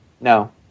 No